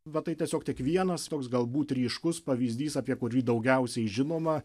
va tai tiesiog tik vienas toks galbūt ryškus pavyzdys apie kurį daugiausiai žinoma